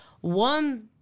one